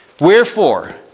Wherefore